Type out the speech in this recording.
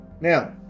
Now